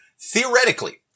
Theoretically